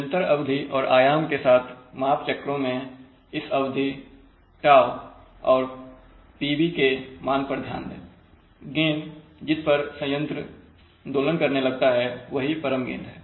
निरंतर अवधि और आयाम के साथ माप चक्रों मैं इस अवधि τ और PB के मान पर ध्यान दें गेन जिस पर संयंत्र दोलन करने लगता है वही परम गेन है